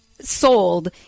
sold